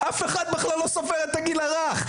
ואני בכלל לא אדבר על רגרסיות,